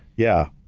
yeah.